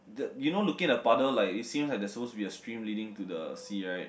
the you know looking the paddle like it seems like suppose to be a stream like leading to the sea right